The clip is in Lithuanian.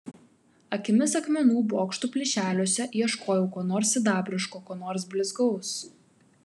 akimis akmenų bokštų plyšeliuose ieškojau ko nors sidabriško ko nors blizgaus